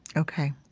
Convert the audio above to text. ok.